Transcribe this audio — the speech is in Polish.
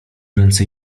ręce